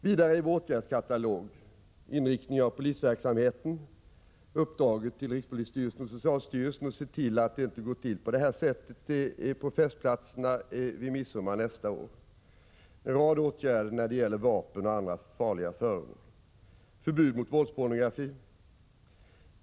Vidare ingår i åtgärdskatalogen inriktningen av polisverksamheten, uppdraget till rikspolisstyrelsen och socialstyrelsen att se till att det inte går till på det sätt som har skett på festplatserna på midsommarafton, en rad åtgärder när det gäller vapen och andra farliga föremål samt förbud mot våldspornografi.